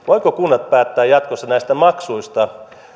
voivatko kunnat päättää jatkossa näistä maksuista